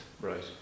Right